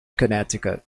connecticut